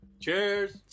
Cheers